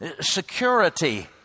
security